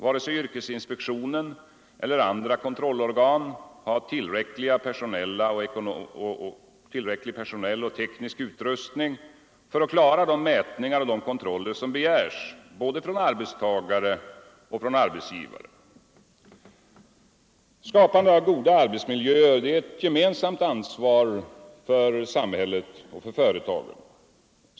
Varken yrkesinspektionen eller andra kontrollorgan har tillräcklig personell och teknisk utrustning för att klara de mätningar och kontroller som begärs från både arbetstagare och arbetsgivare. Skapandet av goda arbetsmiljöer är ett gemensamt ansvar för samhället och företagen.